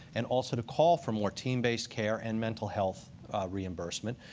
and also to call for more team-based care and mental health reimbursement.